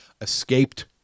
escaped